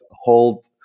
hold